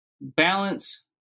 balance